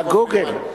ב"גוגל".